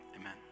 amen